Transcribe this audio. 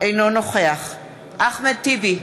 אינו נוכח אחמד טיבי,